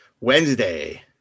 Wednesday